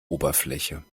oberfläche